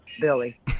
Billy